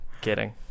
Kidding